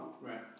Right